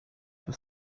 was